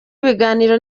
ibiganiro